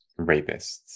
rapists